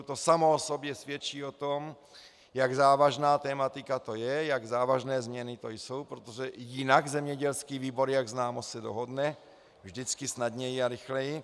To samo o sobě svědčí o tom, jak závažná tematika to je, jak závažné změny to jsou, protože jinak zemědělský výbor, jak známo, se dohodne vždycky snadněji a rychleji.